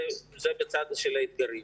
זה בצד של האתגרים.